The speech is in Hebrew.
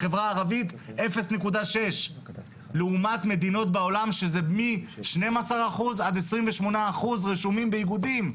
בחברה הערבית 0.6 לעומת מדינות בעולם שזה מ-12% עד 28% רשומים באיגודים.